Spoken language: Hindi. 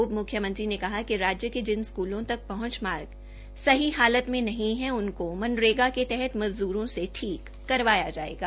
उप म्ख्यमंत्री ने कहा कि राज्य के जिन स्कूलों तक पहंच मार्ग सही हालत में नहीं है उनकों मनरेगा के तहत मज़दरों से ठीक करवाया जायेगा